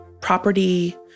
property